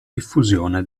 diffusione